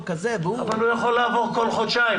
כזה והוא -- אז הוא יכול לעבור כל חודשיים.